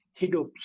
Hidup